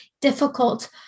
difficult